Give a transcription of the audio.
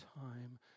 time